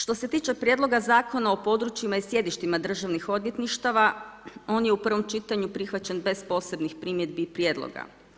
Što se tiče Prijedloga Zakona o područjima i sjedištima Državnih odvjetništava, on je u prvom čitanju prihvaćen bez posebnih primjedbi i prijedloga.